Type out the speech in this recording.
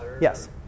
Yes